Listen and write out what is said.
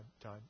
time